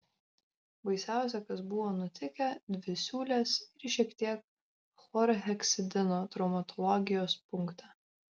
baisiausia kas buvo nutikę dvi siūlės ir šiek tiek chlorheksidino traumatologijos punkte